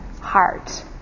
heart